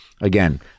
again